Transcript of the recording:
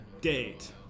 date